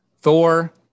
Thor